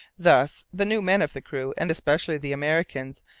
thus the new men of the crew, and especially the americans,